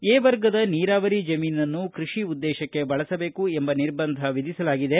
A ವರ್ಗದ ನೀರಾವರಿ ಜಮೀನನ್ನು ಕೃಷಿ ಉದ್ದೇಶಕ್ಕೆ ಬಳಸಬೇಕು ಎಂಬ ನಿರ್ಬಂಧ ವಿಧಿಸಲಾಗಿದೆ